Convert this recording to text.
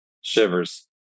Shivers